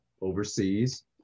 overseas